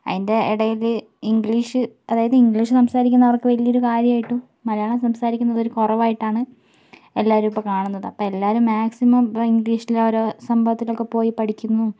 അതിൻ്റെ ഇടയിൽ ഇംഗ്ലീഷ് അതായത് ഇംഗ്ലീഷ് സംസാരിക്കുന്നവർക്ക് വലിയൊരു കാര്യമായിട്ടും മലയാളം സംസാരിക്കുന്നതൊരു കുറവായിട്ടാണ് എല്ലാവരും ഇപ്പോൾ കാണുന്നത് അപ്പോ എല്ലാവരും മാക്സിമം ഇപ്പോൾ ഇംഗ്ലീഷിൽ ഓരോ സംഭവത്തിലൊക്കെ പോയി പഠിക്കുന്നു